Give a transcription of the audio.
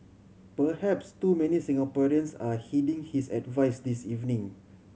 perhaps too many Singaporeans are heeding his advice this evening